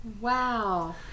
wow